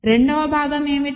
రెండవ భాగం ఏమిటి